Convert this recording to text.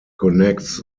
connects